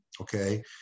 okay